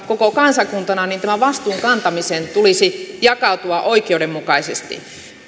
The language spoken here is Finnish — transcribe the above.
koko kansakuntana niin tämän vastuun kantamisen tulisi jakautua oikeudenmukaisesti